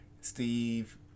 Steve